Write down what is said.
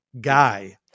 guy